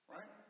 Right